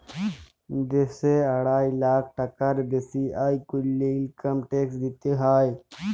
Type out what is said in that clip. দ্যাশে আড়াই লাখ টাকার বেসি আয় ক্যরলে ইলকাম ট্যাক্স দিতে হ্যয়